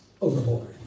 overboard